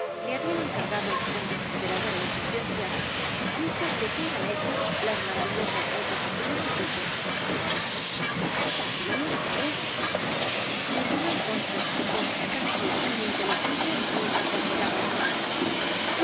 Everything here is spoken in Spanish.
le habían encargado con desesperadora insistencia supiese de qué eran hechas las maravillosas botas azules del duque también ustedes murmuró entonces con voz casi ininteligible mientras las miraba azorado sí